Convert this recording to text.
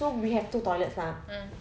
so we have two toilets lah